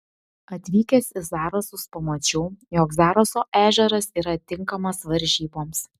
atvykęs į zarasus pamačiau jog zaraso ežeras yra tinkamas varžyboms